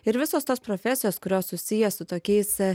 ir visos tos profesijos kurios susiję su tokiais